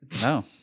No